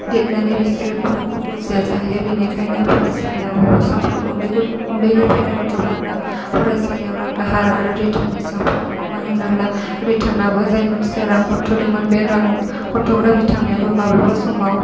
देरनानै बिसोरो बेफोरखौ बुजिया जाहैयो बिनिखायनो फरायसालियाव सानफ्रोमबो उन्दै गथ उन्दैनिफ्रायनो गथ'फोरनो फरायसालियाव रां दाहार आरो रिटार्ननि सायाव फोरोंनांगौ मानो होनोब्ला रिटार्नआबो जाय मानसिया रां हरथ'दोंमोन बे रां हरथ'ग्रा बिथांनियाबो माब्लाबा समाव